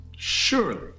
Surely